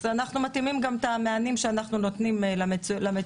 אז אנחנו מתאימים גם את המענים שאנחנו נותנים למצוקות,